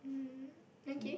um okay